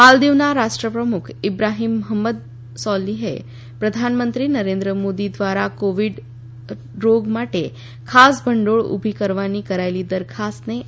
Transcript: માલદીવના રાષ્ટ્રપ્રમુખ ઈબ્રાફીમ મહંમદ સોલીફે પ્રધાનમંત્રી નરેન્દ્ર મોદી દ્વારા કોવિડ રોગ માટે ખાસ ભંડોળ ઉભી કરવાની કરાયેલી દરખાસ્તને આવકારી છે